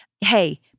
hey